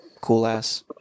cool-ass